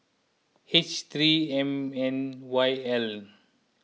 H three M N Y L